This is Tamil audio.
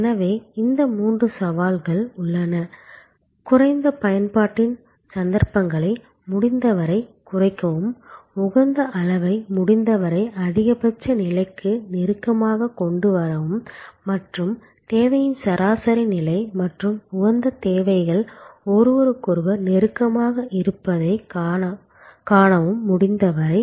எனவே இந்த மூன்று சவால்கள் உள்ளன குறைந்த பயன்பாட்டின் சந்தர்ப்பங்களை முடிந்தவரை குறைக்கவும் உகந்த அளவை முடிந்தவரை அதிகபட்ச நிலைக்கு நெருக்கமாக கொண்டு வரவும் மற்றும் தேவையின் சராசரி நிலை மற்றும் உகந்த தேவைகள் ஒருவருக்கொருவர் நெருக்கமாக இருப்பதைக் காணவும் முடிந்தவரை